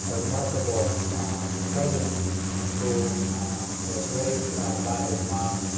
ah remarkable president who was raised by his mom,